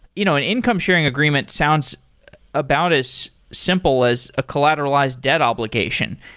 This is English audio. you know an income sharing agreement sounds about as simple as a collateralized debt obligation.